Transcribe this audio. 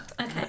Okay